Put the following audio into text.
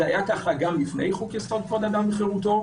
זה היה ככה גם לפני חוק יסוד כבוד אדם וחירותו,